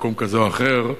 במקום כזה או אחר,